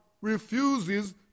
refuses